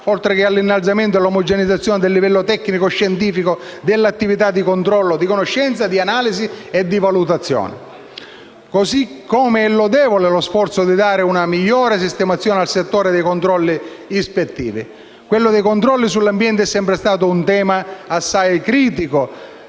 oltre all'innalzamento e all'omogeneizzazione del livello tecnico-scientifico e delle attività di controllo, di conoscenza, di analisi e di valutazione. Allo stesso modo è lodevole lo sforzo di dare una migliore sistemazione al settore dei controlli ispettivi. Quello dei controlli sull'ambiente è sempre stato un tema assai critico.